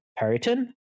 periton